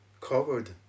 covered